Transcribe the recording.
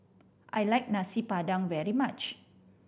I like Nasi Padang very much